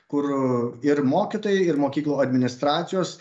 kur ir mokytojai ir mokyklų administracijos